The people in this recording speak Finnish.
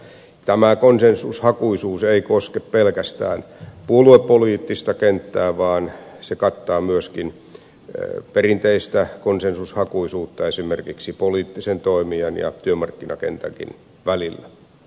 tämä konsensushakuisuus ei koske pelkästään puoluepoliittista kenttää vaan se kattaa myöskin perinteistä konsensushakuisuutta esimerkiksi poliittisen toimijan ja työmarkkinakentänkin välillä